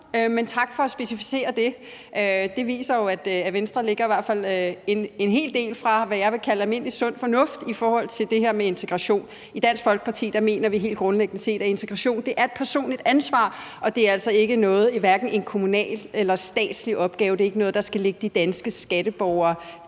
tak for at specificere det. Det viser jo, at Venstre ligger i hvert fald en hel del fra, hvad jeg vil kalde almindelig sund fornuft i forhold til det her med integration. I Dansk Folkeparti mener vi helt grundlæggende set, at integration er et personligt ansvar, og at det altså hverken er en kommunal eller statslig opgave. Det er ikke noget, der skal ligge de danske skatteborgere